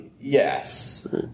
yes